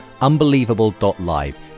Unbelievable.live